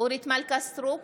אורית מלכה סטרוק,